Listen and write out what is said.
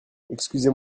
excusez